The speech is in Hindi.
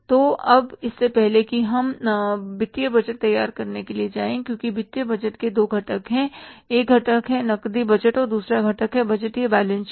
तो अब इससे पहले कि हम वित्तीय बजट तैयार करने के लिए जाएं क्योंकि वित्तीय बजट के दो घटक हैं एक घटक है नकदी बजट और दूसरा घटक है बजटीय बैलेंस शीट